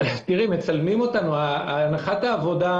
אנו חוזרים